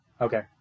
Okay